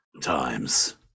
Times